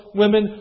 women